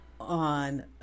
on